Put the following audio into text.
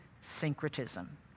syncretism